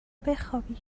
بخوابی